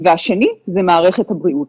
השני, זו מערכת הבריאות.